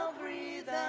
breathe